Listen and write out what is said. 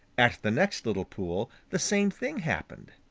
at the next little pool the same thing happened.